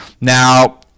Now